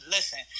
Listen